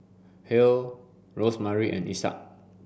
Hale Rosemarie and Isaak